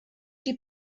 die